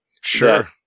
Sure